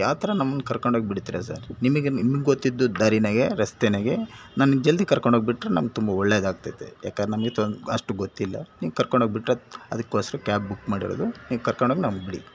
ಯಾವ್ತರ ನಮ್ಮನ್ನು ಕರ್ಕೊಂಡೋಗಿ ಬಿಡ್ತೀರ ಸರ್ ನಿಮಗೆ ನಿಮಗೆ ಗೊತ್ತಿದ್ದುದ ದಾರಿನಾಗೆ ರಸ್ತೆನಾಗೆ ನನಗೆ ಜಲ್ದಿ ಕರ್ಕೊಂಡೋಗಿ ಬಿಟ್ಟರೆ ನಮಗ್ ತುಂಬ ಒಳ್ಳೆದಾಗ್ತೈತೆ ಯಾಕಂದರೆ ನಮಗೆ ತಂದು ಅಷ್ಟು ಗೊತ್ತಿಲ್ಲ ನೀವು ಕರ್ಕೊಂಡೋಗಿ ಬಿಟ್ಟರೆ ಅದಕ್ಕೋಸ್ಕರ ಕ್ಯಾಬ್ ಬುಕ್ ಮಾಡಿರೋದು ನೀವು ಕರ್ಕೊಂಡೋಗಿ ನಮಗೆ ಬಿಡಿ